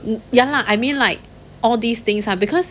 ya lah I mean like all these things ah because